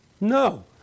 no